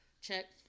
check